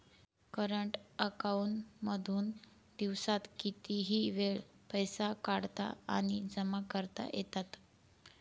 current account मधून दिवसात कितीही वेळ पैसे काढता आणि जमा करता येतात